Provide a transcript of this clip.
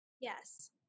Yes